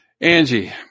Angie